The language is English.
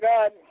God